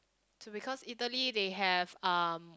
to because Italy they have um